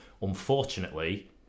Unfortunately